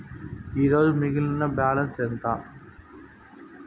ఈరోజు మిగిలిన బ్యాలెన్స్ ఎంత?